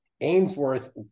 Ainsworth